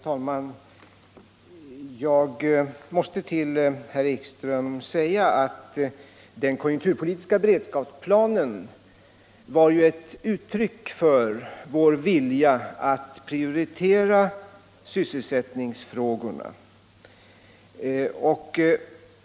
Herr talman! Jag måste till herr Ekström säga att den konjunkturpolitiska beredskapsplanen var ju ett uttryck för vår vilja att prioritera sysselsättningsfrågorna.